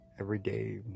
everyday